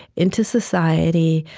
into society,